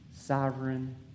sovereign